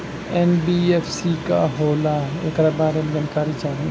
NBFC का होला ऐकरा बारे मे जानकारी चाही?